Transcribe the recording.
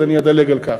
אז אני אדלג על כך.